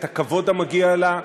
את הכבוד המגיע לה,